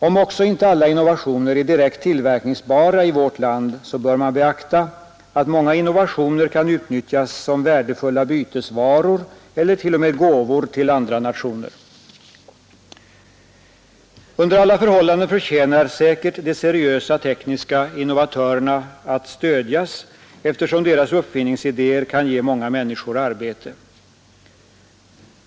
Om också inte alla innovationer är direkt tillverkningsbara i vårt land så bör man beakta att många innovationer kan utnyttjas som värdefulla bytesvaror eller t.o.m. gåvor till andra nationer. Under alla förhållanden förtjänar säkert de seriösa tekniska innovatörerna att stödjas, eftersom deras uppfinningsidéer kan ge många människor arbete.